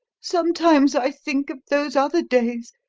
sometimes i think of those other days,